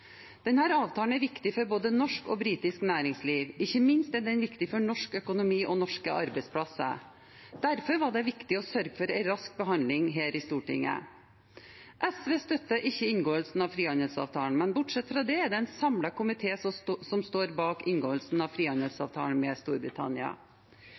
avtalen er viktig for både norsk og britisk næringsliv. Ikke minst er den viktig for norsk økonomi og norske arbeidsplasser. Derfor var det viktig å sørge for en rask behandling her i Stortinget. SV støtter ikke inngåelsen av frihandelsavtalen, men bortsett fra det er det en samlet komité som står bak inngåelsen av